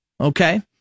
Okay